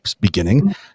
beginning